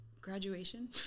graduation